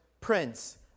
Prince